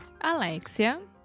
Alexia